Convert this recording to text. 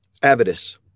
avidus